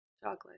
chocolate